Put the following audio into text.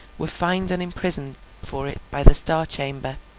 were fined and imprisoned for it by the star chamber